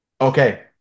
okay